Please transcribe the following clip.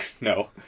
no